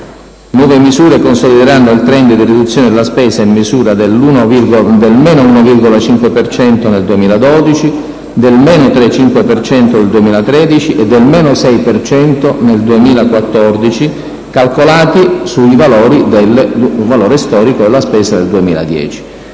Nuove misure consolideranno il *trend* di riduzione della spesa in misura del meno 1,5 per cento nel 2012, del meno 3,5 per cento nel 2013 e del meno 6 per cento nel 2014, calcolati sul valore storico della spesa del 2010.